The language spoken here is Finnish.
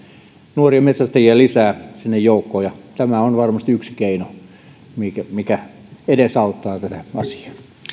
nuoria metsästäjiä lisää joukkoon ja tämä on varmasti yksi keino mikä edesauttaa tätä